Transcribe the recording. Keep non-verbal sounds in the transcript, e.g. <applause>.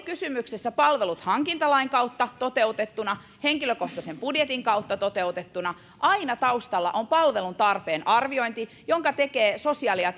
<unintelligible> kysymyksessä palvelut hankintalain kautta toteutettuna henkilökohtaisen budjetin kautta toteutettuna aina taustalla on palvelun tarpeen arviointi jonka tekevät sosiaali ja <unintelligible>